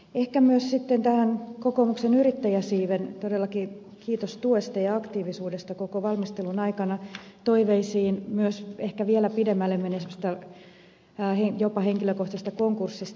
ehkä myös sitten näistä kokoomuksen yrittäjäsiiven todellakin kiitos tuesta ja aktiivisuudesta koko valmistelun ajan toiveista ehkä vielä pidemmälle menevistä muutoksista jopa henkilökohtaisesta konkurssista